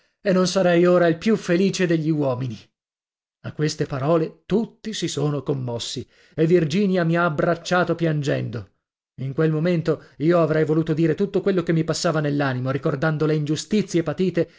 e non sarei ora il più felice degli uomini a queste parole tutti si sono commossi e virginia mi ha abbracciato piangendo in quel momento io avrei voluto dire tutto quello che mi passava nell'animo ricordando le ingiustizie patite